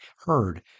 heard